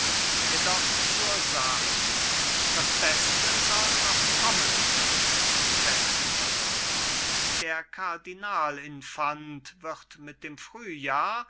jedoch zur sach das beste soll noch kommen questenberg der kardinal infant wird mit dem frühjahr